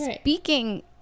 speaking